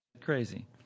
crazy